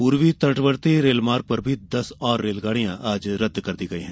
पूर्वी तटवर्ती रेल मार्ग पर देस और रेलगाड़ियां आज रद्द कर दी गई है